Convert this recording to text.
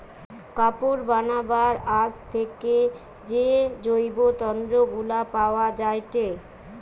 কাপড় বানাবার আঁশ থেকে যে জৈব তন্তু গুলা পায়া যায়টে